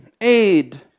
aid